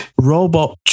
Robot